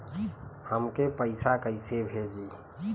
हमके पैसा कइसे भेजी?